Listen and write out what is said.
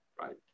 right